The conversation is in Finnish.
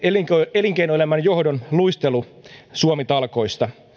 elinkeinoelämän johdon luistelu suomi talkoista